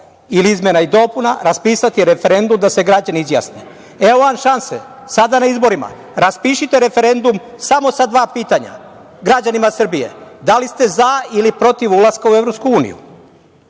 ili izmena i dopuna, raspisati referendum da se građani izjasne. Evo vam šanse sada na izborima, raspišite referendum samo sa dva pitanja građanima Srbije – da li ste za ili protiv ulaska u EU?